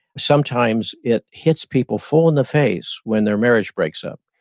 sometimes it hits people full in the face when their marriage breaks up,